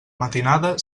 matinada